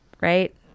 right